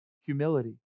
humility